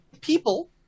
people